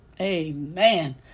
amen